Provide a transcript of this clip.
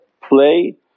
play